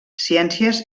ciències